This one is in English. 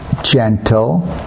gentle